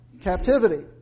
captivity